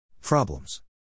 Problems